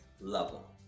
level